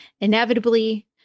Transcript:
inevitably